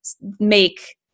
make